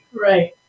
Right